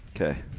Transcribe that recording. Okay